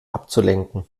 abzulenken